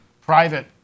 private